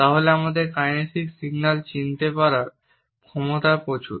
তাহলে আমাদের kinesic signal চিনতে পারার ক্ষমতাও প্রচুর